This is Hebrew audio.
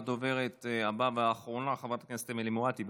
הדוברת הבאה והאחרונה, חברת הכנסת אמילי מואטי,